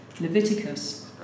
Leviticus